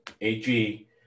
AG